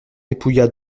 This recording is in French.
dépouilla